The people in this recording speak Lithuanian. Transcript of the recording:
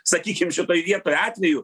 sakykim šitoj vietoj atvejų